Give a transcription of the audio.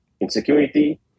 insecurity